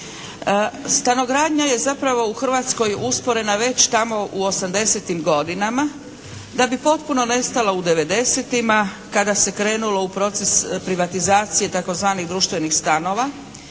Stanogradnja je zapravo u Hrvatskoj usporena već tamo u 80-tim godinama da bi potpuno nestala u 90-tima kada se krenulo u proces privatizacije tzv. društvenih stanova